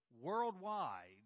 worldwide